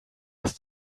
was